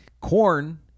Corn